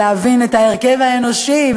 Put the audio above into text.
להבין את ההרכב האנושי,